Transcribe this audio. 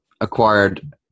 acquired